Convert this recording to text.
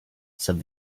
said